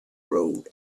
road